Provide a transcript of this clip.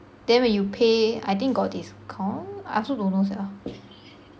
then when you pay I think got discount I also don't know sia